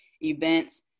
events